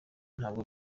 ntabwo